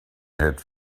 had